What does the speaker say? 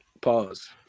pause